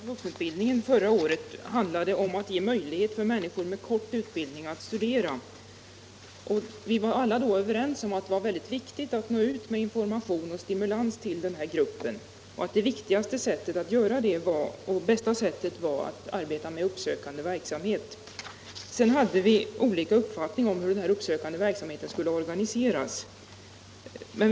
Herr talman! Riksdagens beslut om vuxenutbildningen förra året handlade om att ge möjlighet för människor med kort utbildning att studera. Vi var alla då överens om att det var mycket viktigt att nå ut med information och stimulans till gruppen korttidsutbildade och att det bästa sättet att göra det var att arbeta med uppsökande verksamhet. Sedan hade vi olika uppfattning om hur den uppsökande verksamheten skulle utformas.